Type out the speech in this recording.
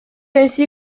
ainsi